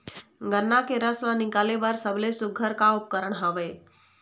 गन्ना के रस ला निकाले बर सबले सुघ्घर का उपकरण हवए?